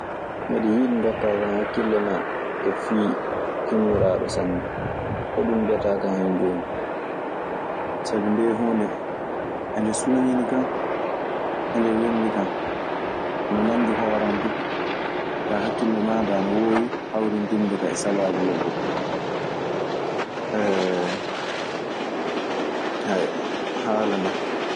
"Miɗe yiɗi ndokkaakan hakkille maa e fii immiraaɗo sanne. Hoɗun mbiyataa kan hen jooni?"